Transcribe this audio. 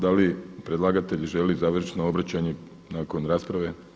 Da li predlagatelj želi završno obraćanje nakon rasprave?